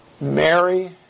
Mary